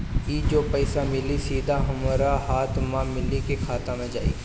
ई जो पइसा मिली सीधा हमरा हाथ में मिली कि खाता में जाई?